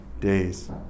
days